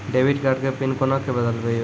Debit card के pin कोना के बदलबै यो?